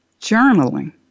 journaling